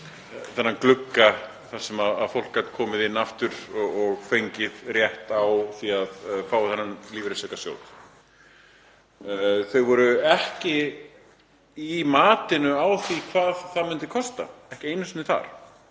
þennan glugga þar sem fólk gat komið inn aftur og fengið rétt á því að fá úr þessum lífeyrisaukasjóði. Þau voru ekki matið á því hvað það myndi kosta, ekki einu sinni þar,